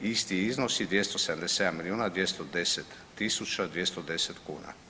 Isti iznosi 277 milijuna 210 tisuća 210 kuna.